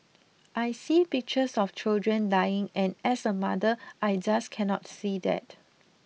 I see pictures of children dying and as a mother I just cannot see that